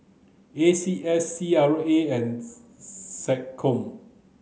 A C S C R A